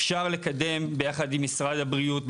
אפשר לקדם ביחד עם משרד הבריאות,